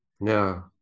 No